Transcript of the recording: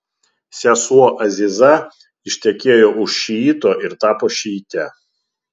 sesuo aziza ištekėjo už šiito ir tapo šiite